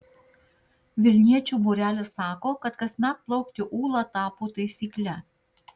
vilniečių būrelis sako kad kasmet plaukti ūla tapo taisykle